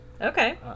Okay